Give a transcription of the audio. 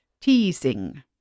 teasing